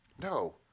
No